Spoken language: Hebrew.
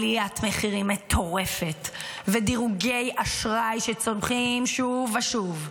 עליית מחירים מטורפת ודירוגי אשראי שצונחים שוב ושוב.